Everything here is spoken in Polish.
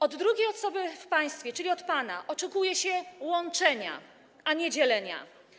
Od drugiej osoby w państwie, czyli od pana, oczekuje się łączenia, a nie dzielenia.